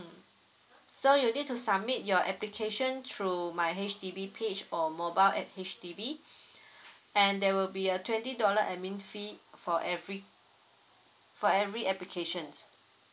mm so you need to submit your application through my H_D_B page or mobile app H_D_B and there will be a twenty dollar admin fee for every for every application